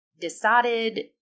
decided